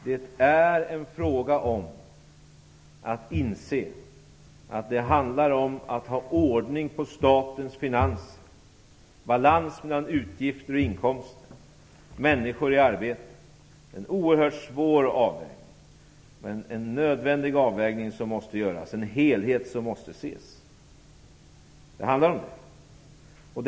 Det är en fråga om att inse att det handlar om att hålla ordning på statens finanser, balans mellan utgifter och inkomster, människor i arbete. Det är en oerhört svår avvägning. Men det är en nödvändig avvägning som måste göras och som måste ses i sin helhet.